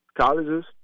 colleges